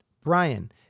Brian